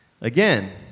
Again